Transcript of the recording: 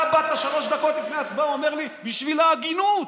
אתה באת שלוש דקות לפני ההצבעה ואמרת לי: בשביל ההגינות.